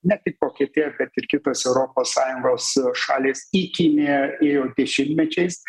ne tik vokietija bet ir kitos europos sąjungos šalys į kiniją ėjo dešimtmečiais